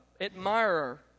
admirer